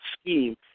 scheme